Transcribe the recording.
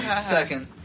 Second